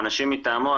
או אנשים מטעמו.